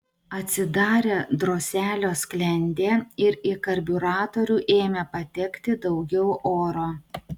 atsidarė droselio sklendė ir į karbiuratorių ėmė patekti daugiau oro